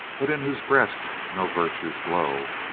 but in whose breast no virtues glow,